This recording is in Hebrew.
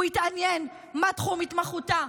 הוא התעניין מה תחום התמחותה,